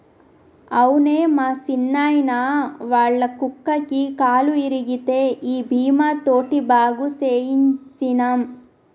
అవునే మా సిన్నాయిన, ఒళ్ళ కుక్కకి కాలు ఇరిగితే ఈ బీమా తోటి బాగు సేయించ్చినం